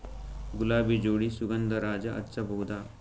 ಗುಲಾಬಿ ಜೋಡಿ ಸುಗಂಧರಾಜ ಹಚ್ಬಬಹುದ?